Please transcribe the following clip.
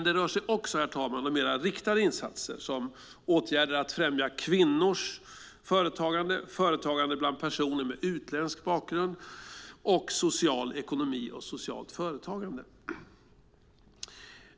Det rör sig också, herr talman, om mer riktade insatser, som åtgärder för att främja kvinnors företagande, företagande bland personer med utländsk bakgrund, social ekonomi och socialt företagande.